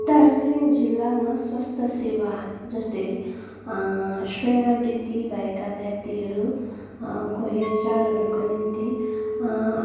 दार्जिलिङ जिल्लामा स्वास्थ्य सेवा जस्तै सेनावृत्ति भएका व्यक्तिहरू को हेरचाहहरूको निम्ति